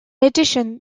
addition